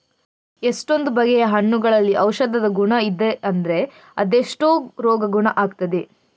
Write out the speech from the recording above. ಎಷ್ಟೊಂದು ಬಗೆಯ ಹಣ್ಣುಗಳಲ್ಲಿ ಔಷಧದ ಗುಣ ಇದೆ ಅಂದ್ರೆ ಅದೆಷ್ಟೋ ರೋಗ ಗುಣ ಆಗ್ತದೆ